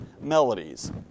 melodies